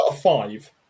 five